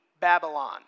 Babylon